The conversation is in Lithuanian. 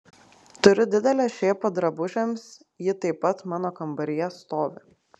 turiu didelę šėpą drabužiams ji taip pat mano kambaryje stovi